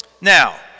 Now